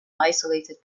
isolated